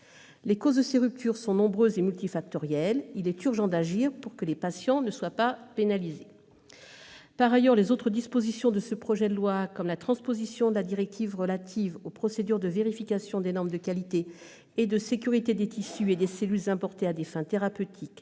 Leurs causes sont nombreuses et multifactorielles. Il est urgent d'agir pour que les patients ne soient pas pénalisés. Par ailleurs, les autres dispositions de ce projet de loi, relatives par exemple à la transposition de la directive relative aux procédures de vérification des normes de qualité et de sécurité des tissus et cellules importés à des fins thérapeutiques